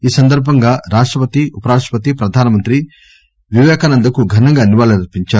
ఈ సందర్బంగా రాష్టపతి ఉపరాష్టపతి ప్రధానమంత్రి విపేకానందకు ఘనంగా నివాళులర్పించారు